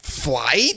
Flight